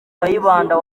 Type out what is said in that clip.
kayibanda